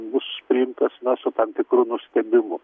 bus priimtas na su tam tikru nustebimu